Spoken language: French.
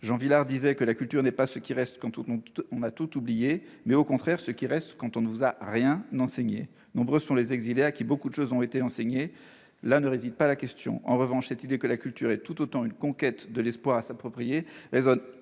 Jean Vilar, « la culture, ce n'est pas ce qui reste quand on a tout oublié, mais au contraire, ce qui reste à connaître quand on ne vous a rien enseigné. » Nombreux sont les exilés à qui beaucoup de choses ont été enseignées ; là ne réside pas la question. En revanche, cette idée que la culture est tout autant une conquête de l'espoir à s'approprier résonne